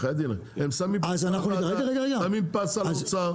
הם שמים פס על האוצר,